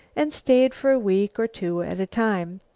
and stayed for a week or two at a time,